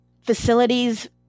facilities